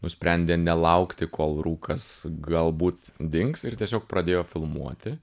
nusprendė nelaukti kol rūkas galbūt dings ir tiesiog pradėjo filmuoti